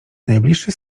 najbliższy